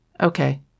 Okay